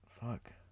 Fuck